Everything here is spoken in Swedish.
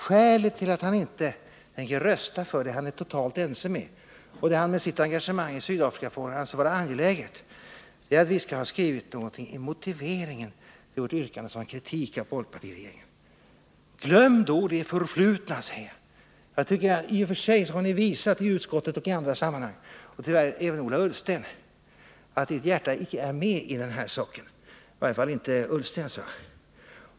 Skälet till att han inte tänker rösta för det som vi är totalt ense om och det han med sitt engagemang i Sydafrikafrågan anser vara angeläget är att vi skall ha skrivit någonting i motiveringen till vårt yrkande som är en kritik av folkpartiregeringen. ”Glöm då det förflutna”, säger han. I och för sig tycker jag att ni, och tyvärr även Ola Ullsten, har visat att era hjärtan icke är med i den här saken — i varje fall inte Ola Ullstens.